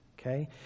okay